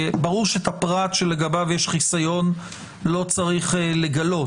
ברור שאת הפרט שלגביו יש חיסיון לא צריך לגלות.